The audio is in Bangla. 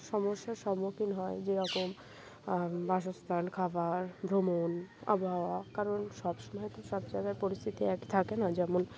সমস্যার সম্মুখীন হয় যেরকম বাসস্থান খাবার ভ্রমণ আবহাওয়া কারণ সবসময় তো সব জায়গায় পরিস্থিতি এক থাকে না যেমন